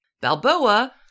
Balboa